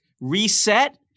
reset